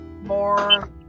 more